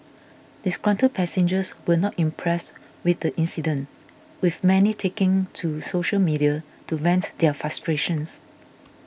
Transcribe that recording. disgruntled passengers were not impressed with the incident with many taking to social media to vent their frustrations